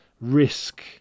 risk